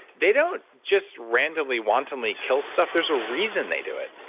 they don't just randomly wantonly kill stuff, there's a reason they do it.